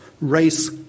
race